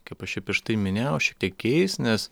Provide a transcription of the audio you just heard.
kaip aš čia prieš tai minėjau šiek tiek keis nes